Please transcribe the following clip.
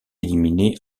éliminée